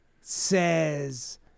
says